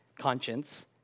conscience